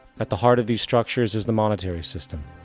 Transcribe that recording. at the heart of these structures is the monetary system.